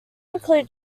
include